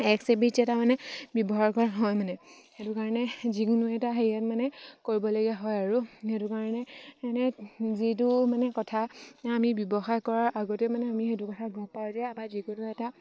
x হেবিটছ্ এটা মানে ব্যৱহাৰ কৰা হয় মানে সেইটো কাৰণে যিকোনো এটা হেৰিয়াত মানে কৰিবলগীয়া হয় আৰু সেইটো কাৰণে এনে যিটো মানে কথা আমি ব্যৱসায় কৰাৰ আগতে মানে আমি সেইটো কথা গম পাওঁ এতিয়া যিকোনো এটা